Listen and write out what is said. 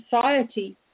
society